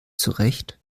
zurecht